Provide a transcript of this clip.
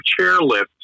chairlift